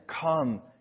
come